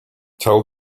tell